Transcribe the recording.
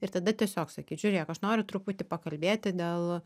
ir tada tiesiog sakyt žiūrėk aš noriu truputį pakalbėti dėl